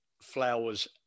flowers